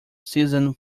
season